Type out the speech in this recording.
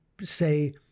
say